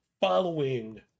following